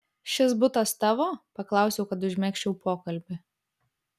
šis butas tavo paklausiau kad užmegzčiau pokalbį